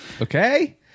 Okay